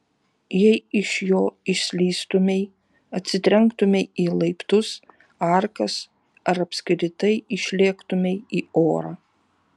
jei iš jo išslystumei atsitrenktumei į laiptus arkas ar apskritai išlėktumei į orą